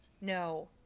No